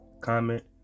comment